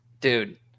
dude